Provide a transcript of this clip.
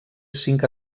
cinc